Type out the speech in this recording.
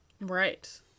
Right